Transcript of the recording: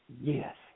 Yes